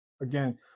Again